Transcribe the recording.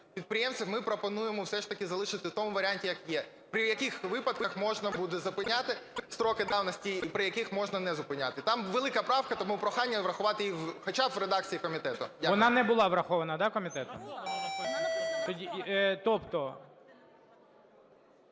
підприємства, ми пропонуємо все ж таки залишити в тому варіанті, як є. При яких випадках можна буде зупиняти строки давності і при яких можна не зупиняти. Там велика правка, тому прохання врахувати її хоча б в редакції комітету. Дякую. ГОЛОВУЮЧИЙ. Вона не була врахована, да, комітетом? Тобто…